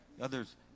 others